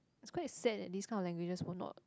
it's quite sad that this kind of languages will not